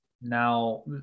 now